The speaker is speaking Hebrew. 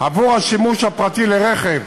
עבור השימוש הפרטי ברכב